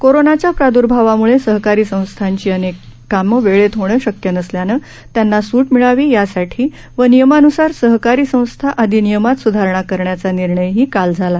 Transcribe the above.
कोरोनाच्या प्रादुभावामुळे सहकारी संस्थांची अनेक कामे वेळेत होणे शक्य नसल्यानं त्यांना सुट मिळावी यासाठी व नियमान्सार सहकारी संस्था अधिनियमात स्धारणा करण्याचा निर्णयही काल झाला